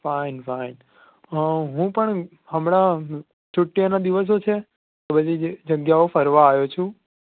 fine fine હું પણ હમણાં છૂટ્ટીઓના દિવસો છે તો બધી જગ્યાઓ ફરવા આવ્યો છું